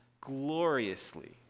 gloriously